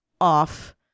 off